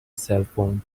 cellphone